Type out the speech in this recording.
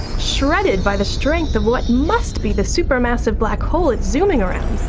shredded by the strength of what must be the supermassive black hole it's zooming around.